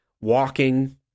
walking